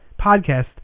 podcast